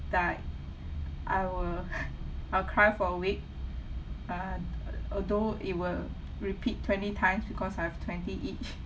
died I will I'll cry for a week uh although it will repeat twenty times because I have twenty each